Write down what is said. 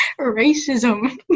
Racism